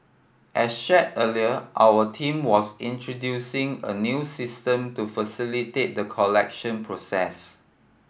as shared earlier our team was introducing a new system to facilitate the collection process